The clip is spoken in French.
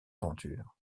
aventure